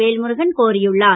வேல்முருகன் கோரியுள்ளார்